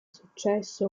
successo